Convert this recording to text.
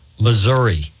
Missouri